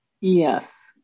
Yes